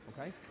Okay